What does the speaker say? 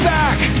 back